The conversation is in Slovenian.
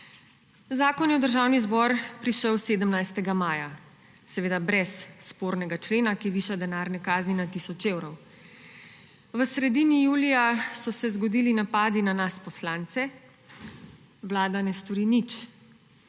Zakon je v Državni zbor prišel 17. maja, seveda brez spornega člena, ki viša denarne kazni na tisoč evrov. V sredini julija so se zgodili napadi na nas poslance. Vlada ne stori nič;